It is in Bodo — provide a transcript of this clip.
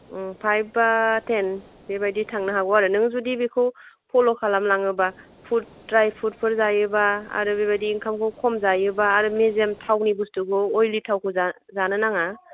फाइभ बा टेन बेबायदि थांनो हागौ आरो नों जुदि बेखौ फल' खालामलाङोब्ला फ्रुट द्राइ फ्रुटफोर जायोबा आरो बेबादि ओंखामखौ खम जायोबा आरो मेजेम थावनि बस्तुखौ अवेलि थावखौ जा जानो नाङा